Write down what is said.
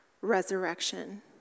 resurrection